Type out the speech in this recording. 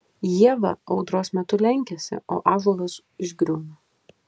ieva audros metu lenkiasi o ąžuolas išgriūna